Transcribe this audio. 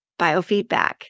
biofeedback